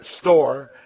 store